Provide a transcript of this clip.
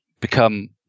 become